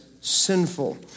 Sinful